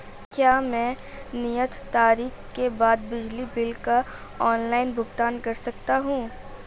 क्या मैं नियत तारीख के बाद बिजली बिल का ऑनलाइन भुगतान कर सकता हूं?